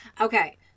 Okay